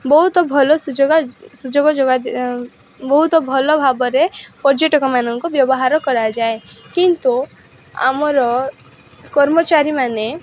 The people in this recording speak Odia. ବହୁତ ଭଲ ସୁଯୋଗ ସୁଯୋଗ ବହୁତ ଭଲ ଭାବରେ ପର୍ଯ୍ୟଟକମାନଙ୍କୁ ବ୍ୟବହାର କରାଯାଏ କିନ୍ତୁ ଆମର କର୍ମଚାରୀ ମାନେ